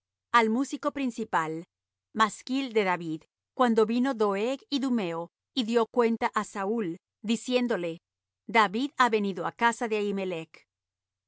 al músico principal masquil de david cuando vino doeg idumeo y dió cuenta á saúl diciéndole david ha venido á casa de